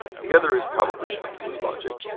and the other is probably some glue logic.